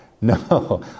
No